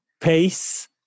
pace